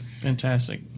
Fantastic